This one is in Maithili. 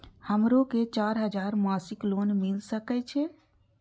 हमरो के चार हजार मासिक लोन मिल सके छे?